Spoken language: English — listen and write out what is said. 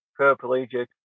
paraplegic